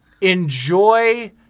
enjoy